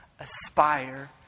aspire